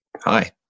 hi